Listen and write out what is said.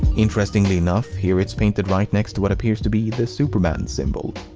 interestingly enough, here it's painted right next to what appears to be the superman symbol.